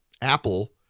Apple